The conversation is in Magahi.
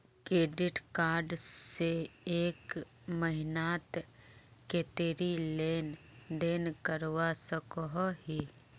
क्रेडिट कार्ड से एक महीनात कतेरी लेन देन करवा सकोहो ही?